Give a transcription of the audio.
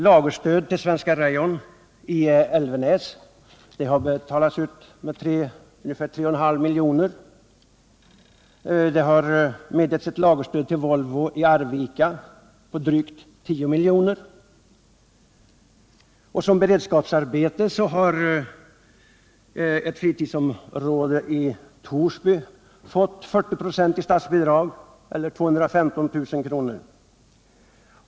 Lagerstöd till Svenska Rayon ABi Älvenäs har betalats ut med ungefär 3,5 milj.kr. Det har medgivits ett lagerstöd till Volvo i Arvika på drygt 10 milj.kr. Som beredskapsarbete har ett fritidsområde i Torsby fått 40 96 i statsbidrag, dvs. 215 000 kr.